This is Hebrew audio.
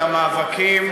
על המאבקים.